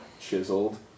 Chiseled